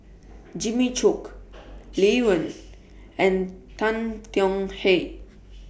Jimmy Chok Lee Wen and Tan Tong Hye